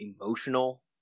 emotional